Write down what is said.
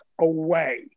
away